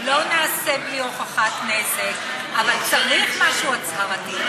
לא נעשה בלי הוכחת נזק, אבל צריך משהו הצהרתי.